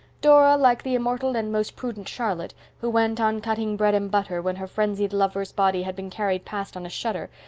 dora, like the immortal and most prudent charlotte, who went on cutting bread and butter when her frenzied lover's body had been carried past on a shutter,